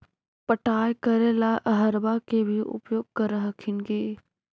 पटाय करे ला अहर्बा के भी उपयोग कर हखिन की?